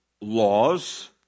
laws